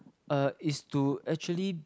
uh is to actually